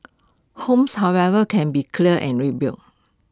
homes however can be cleared and rebuilt